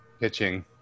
Pitching